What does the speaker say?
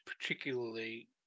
particularly